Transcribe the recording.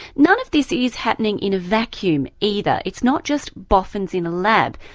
none of this is happening in a vacuum either, it's not just boffins in a lab.